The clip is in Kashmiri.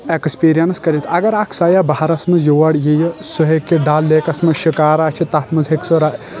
ایٚکسپیرینس کٔرِتھ اگر اکھ سیاح بہارس منٛز یورٕ ییہِ سُہ ہیٚکہِ ڈل لیکس منٛز شِکارا چھِ تتھ منٛز ہیٚکہِ سُہ را